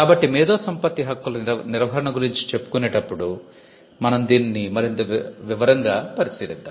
కాబట్టి మేధో సంపత్తి హక్కుల నిర్వహణ గురించి చెప్పుకునేటప్పుడు మనం దీనిని మరింత వివరంగా పరిశీలిద్దాం